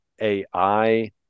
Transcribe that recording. AI